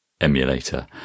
emulator